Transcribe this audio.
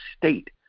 State